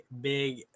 big